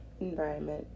environment